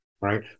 right